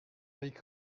week